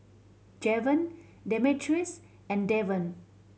Javon Demetrius and Devan